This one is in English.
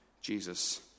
Jesus